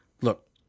look